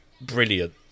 brilliant